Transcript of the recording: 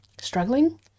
struggling